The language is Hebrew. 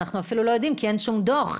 אנחנו אפילו לא יודעים, כי אין שום דוח.